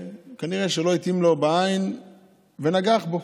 וכנראה שלא התאים לו בעין ונגח בו,